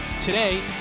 today